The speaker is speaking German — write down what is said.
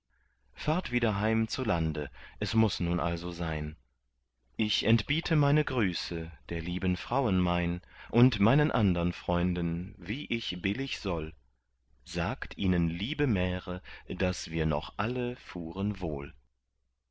fahrt wieder heim zu lande es muß nun also sein ich entbiete meine grüße der lieben frauen mein und meinen andern freunden wie ich billig soll sagt ihnen liebe märe daß wir noch alle fuhren wohl